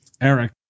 Eric